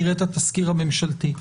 נראה את התזכיר הממשלתי,